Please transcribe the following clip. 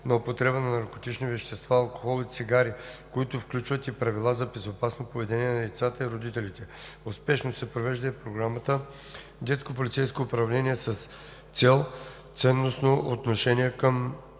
на употребата на наркотични вещества, алкохол и цигари, които включват и правила за безопасно поведение на децата и родителите. Успешно се провежда и програмата „Детско полицейско управление“ с цел ценностно отношение към